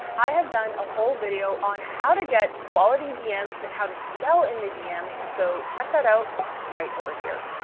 i have done a whole video on how to get quality dms and how to sell in the dms. so check that out right over here.